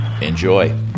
Enjoy